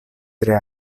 tre